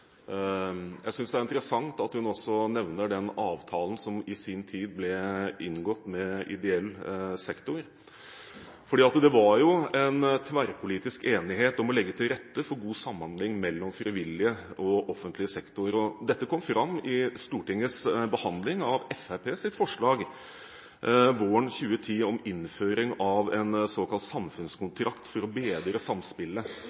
Jeg synes det er interessant at hun også nevner den avtalen som i sin tid ble inngått med ideell sektor. Det var jo en tverrpolitisk enighet om å legge til rette for god samhandling mellom frivillig og offentlig sektor. Dette kom fram i Stortingets behandling av Fremskrittspartiets forslag våren 2010 om innføring av en såkalt samfunnskontrakt for å bedre samspillet